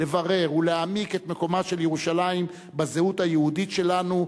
לברר ולהעמיק את מקומה של ירושלים בזהות היהודית שלנו,